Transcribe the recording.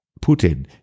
Putin